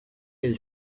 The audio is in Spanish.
del